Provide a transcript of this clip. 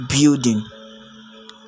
building